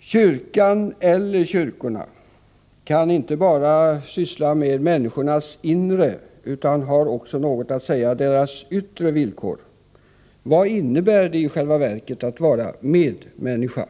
Kyrkan, eller kyrkorna, kan inte bara syssla med människors inre utan har också något att säga om deras yttre villkor: Vad innebär det i själva verket att vara medmänniska?